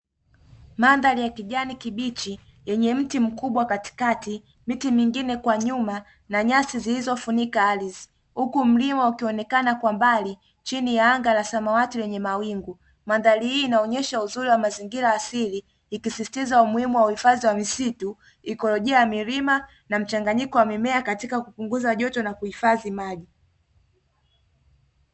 Mandhari ya kijani kibichi yenye mti mkubwa katikati; miti mengine kwa nyuma na nyasi zilizofunika ardhi; huku mlima ikionekana kwa mbali chini ya anga la samawati lenye mawingu, mandhari hiyo inaonesha uzuri wa mazingira ya asili; ikisisitiza umuhimu wa uhifadhi wa msitu ikolojia ya milima na mchanganyiko wa mimea katika kupunguza joto na kuhifadhi maji.